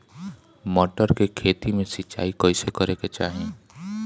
मटर के खेती मे सिचाई कइसे करे के चाही?